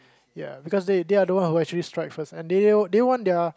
ya because they they are the one who actually strike first and they they want their